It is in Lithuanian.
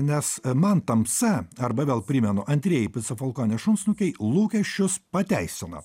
nes man tamsa arba vėl primenu antrieji pica falkonės šunsnukiai lūkesčius pateisina